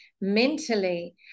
mentally